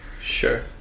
Sure